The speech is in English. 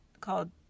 called